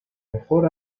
mejor